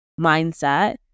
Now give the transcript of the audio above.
mindset